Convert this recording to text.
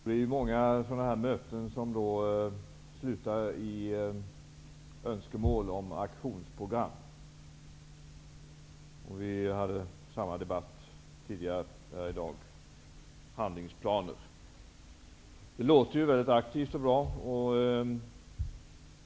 Herr talman! Det är många möten som slutar i önskemål om aktionsprogram. Vi hade samma debatt tidigare här i dag när det gällde handlingsplaner. Det låter aktivt och bra.